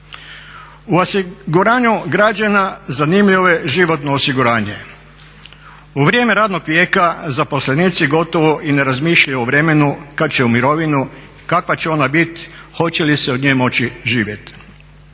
U osiguranju građana zanimljivo je životno osiguranje. U vrijeme radnog vijeka zaposlenici gotovo i ne razmišljaju o vremenu kad će u mirovinu, kakva će ona biti, hoće li se od nje moći živjeti.